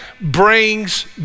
brings